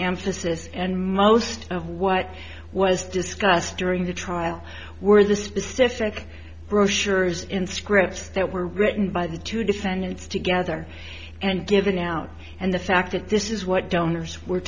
emphasis and most of what was discussed during the trial were the specific brochures in scripts that were written by the to descendants together and given out and the fact that this is what donors were